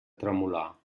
tremolar